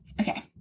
okay